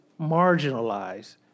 marginalized